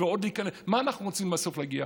למה אנחנו רוצים בסוף להגיע,